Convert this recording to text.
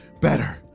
better